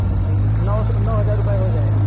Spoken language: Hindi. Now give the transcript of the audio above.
नहीं नहीं नौ सौ नौ हज़ार रुपये हो जाएगा